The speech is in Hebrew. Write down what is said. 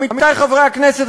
עמיתי חברי הכנסת,